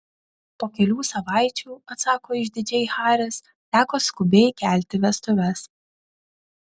po kelių savaičių atsako išdidžiai haris teko skubiai kelti vestuves